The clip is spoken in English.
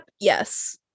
Yes